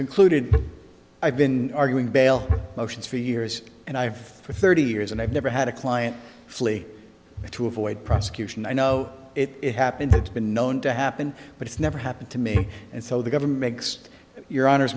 concluded i've been arguing bail motions for years and i have for thirty years and i've never had a client flee to avoid prosecution i know it happens it's been known to happen but it's never happened to me and so the government makes your hono